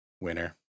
winner